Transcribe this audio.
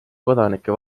kodanike